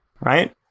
Right